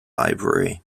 library